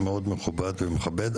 מאוד מכובד ומכבד.